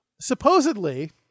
supposedly